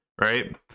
Right